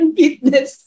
fitness